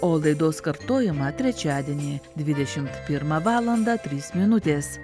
o laidos kartojimą trečiadienį dvidešimt pirmą valandą trys minutės